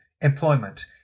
employment